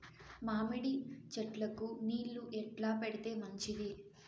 మామిడి చెట్లకు నీళ్లు ఎట్లా పెడితే మంచిది?